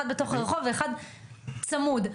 אחד ברחוב ואחד צמוד,